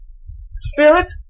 spirit